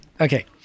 Okay